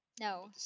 No